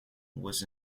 was